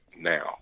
now